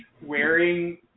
wearing